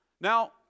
now